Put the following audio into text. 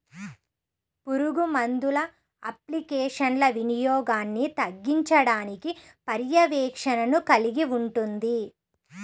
పురుగుమందుల అప్లికేషన్ల వినియోగాన్ని తగ్గించడానికి పర్యవేక్షణను కలిగి ఉంటుంది